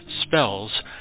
spells